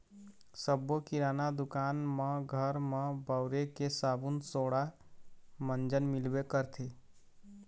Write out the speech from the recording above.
सब्बो किराना दुकान म घर म बउरे के साबून सोड़ा, मंजन मिलबे करथे